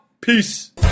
Peace